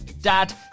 dad